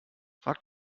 frag